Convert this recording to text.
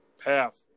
path